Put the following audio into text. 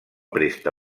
presta